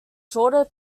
shorter